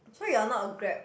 so you are not a grab